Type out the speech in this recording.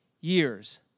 years